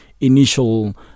initial